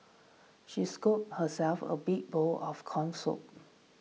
she scooped herself a big bowl of Corn Soup